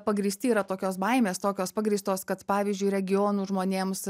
pagrįsti yra tokios baimės tokios pagrįstos kad pavyzdžiui regionų žmonėms